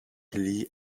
lee